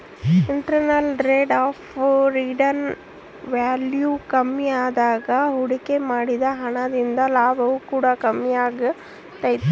internal rate of return value ಕಮ್ಮಿಯಾದಾಗ ಹೂಡಿಕೆ ಮಾಡಿದ ಹಣ ದಿಂದ ಲಾಭವು ಕೂಡ ಕಮ್ಮಿಯಾಗೆ ತೈತೆ